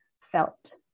felt